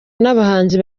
n’abahanzi